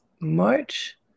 March